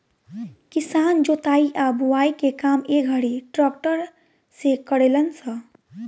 किसान जोताई आ बोआई के काम ए घड़ी ट्रक्टर से करेलन स